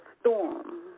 storm